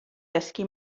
dysgu